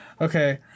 Okay